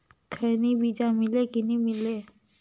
खैनी बिजा मिले कि नी मिले?